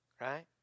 right